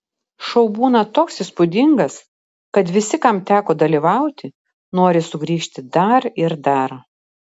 šou būna toks įspūdingas kad visi kam teko dalyvauti nori sugrįžti dar ir dar